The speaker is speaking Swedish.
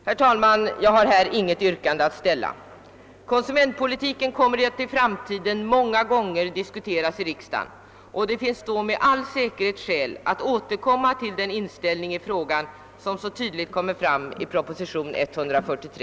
Herr talman! Jag har inget yrkande. Konsumentpolitiken kommer i framtiden att diskuteras många gånger i riksdagen, och det blir då med all säkerhet skäl att återkomma till den inställning i denna fråga som så tydligt framgår av propositionen nr 143.